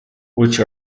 which